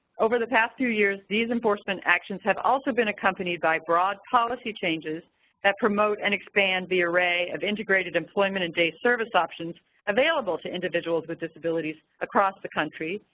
over the past few years, these enforcement actions have also been accompanied by broad policy changes that promote and expand the array of integrated employment and day service options available to individuals with disabilities across the country,